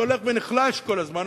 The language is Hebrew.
שהולך ונחלש כל הזמן,